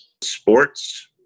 sports